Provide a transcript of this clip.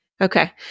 Okay